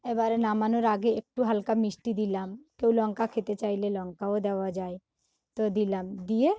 এবারে নামানোর আগে একটু হালকা মিষ্টি দিলাম কেউ লঙ্কা খেতে চাইলে লঙ্কাও দেওয়া যায় তো দিলাম দিয়ে